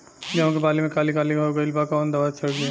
गेहूं के बाली में काली काली हो गइल बा कवन दावा छिड़कि?